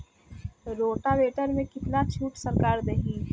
Rotavator में कितना छूट सरकार देही?